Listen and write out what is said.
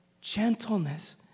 gentleness